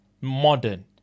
modern